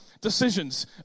decisions